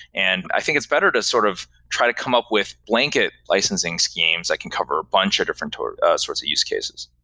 and i think it's better to sort of try to come up with blanket licensing schemes that can cover a bunch of different ah ah sorts of use cases.